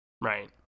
Right